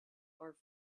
are